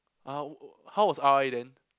uh how was R_I then